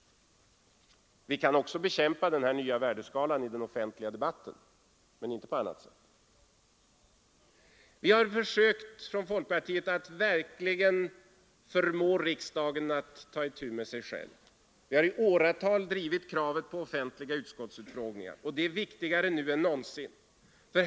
Vi kan också bekämpa den här nya värdeskalan i den offentliga debatten men inte på annat sätt. Vi har från folkpartiet försökt att verkligen förmå riksdagen att ta itu med sig själv. Vi har i åratal drivit kravet på offentliga utskottsutfrågningar. Det är viktigare nu än någonsin.